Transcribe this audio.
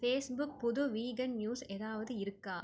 Facebook புது vegan news ஏதாவது இருக்கா